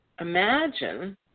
Imagine